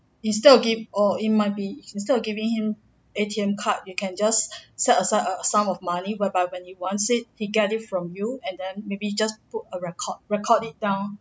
instead of give oh it might be instead of giving him A_T_M card you can just set aside a sum of money whereby when he wants it he get it from you and then maybe just put a record record it down